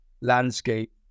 landscape